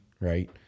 right